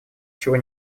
чего